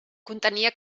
contenia